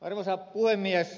arvoisa puhemies